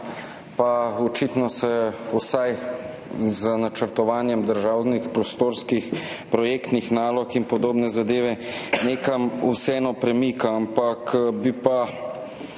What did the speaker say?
pa očitno se vsaj z načrtovanjem državnih prostorskih projektnih nalog in podobnih zadev, nekam vseeno premika, ampak bi pa